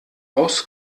aus